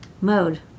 mode